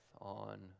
on